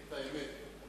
את האמת.